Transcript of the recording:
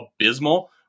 abysmal